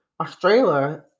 Australia